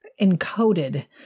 encoded